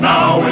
Now